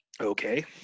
Okay